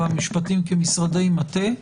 המשפטים כמשרדי מטה,